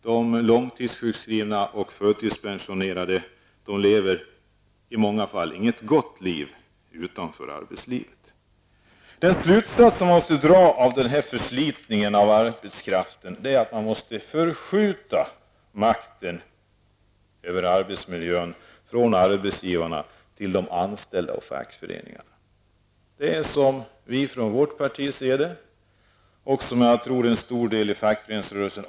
De långtidssjuka och förtidspensionerade lever i många fall inte något gott liv utanför arbetslivet. Den slutsats som man måste dra av förslitningen av arbetskraften är att man måste förskjuta makten över arbetsmiljön från arbetsgivarna till de anställda och fackföreningarna. Så ser vi det från vårt parti och från en stor del av fackföreningsrörelsen.